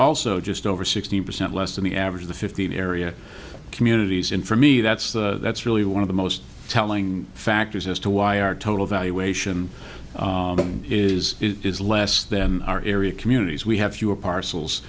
also just over sixteen percent less than the average of the fifteen area communities in for me that's that's really one of the most telling factors as to why our total valuation is is less than our area communities we have fewer parcels